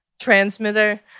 Transmitter